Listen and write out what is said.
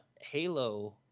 Halo